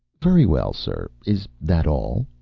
very well, sir. is that all?